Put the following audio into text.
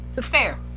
Fair